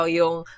yung